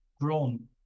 grown